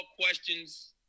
questions